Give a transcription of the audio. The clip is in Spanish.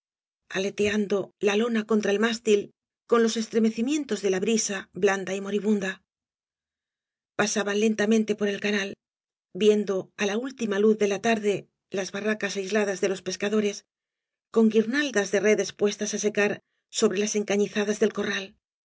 aleteando la lona oañas y barbo ll contra el mástil con los estremecimieatos de la brisa blanda y moribunda pasaban lentamente por el canal viendo á la última luz de la tarde las barracas aisladas de los peecadores con guirnaldas de redes puestas á sebear sobre las encañizadas del corral